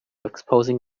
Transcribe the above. exposing